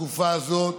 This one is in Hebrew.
בתקופה הזאת,